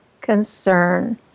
concern